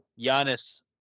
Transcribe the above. Giannis